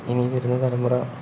ഇനി വരുന്ന തലമുറ